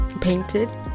painted